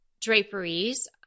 draperies